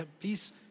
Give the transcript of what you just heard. please